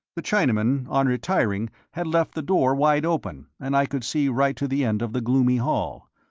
the chinaman, on retiring, had left the door wide open, and i could see right to the end of the gloomy hall.